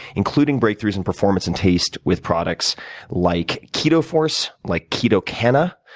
including breakthroughs in performance in taste with products like ketoforce, like ketocana,